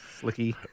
Slicky